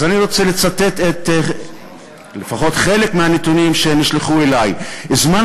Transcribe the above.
אני רוצה לצטט לפחות חלק מהנתונים שנשלחו אלי: זמן